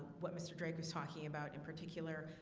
what mr. drake was talking about in particular?